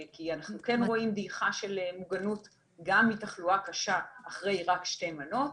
כי אנחנו כן רואים דעיכה של מוגנות גם מתחלואה קשה אחרי רק שתי מנות.